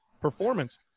performance